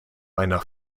einer